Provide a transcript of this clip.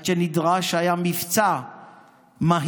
עד שהיה נדרש מבצע מהיר,